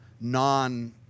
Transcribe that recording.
non-